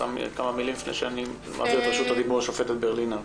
את רוצה לומר כמה מילים לפני שאני מעביר את רשות הדיבור לשופטת ברלינר?